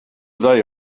day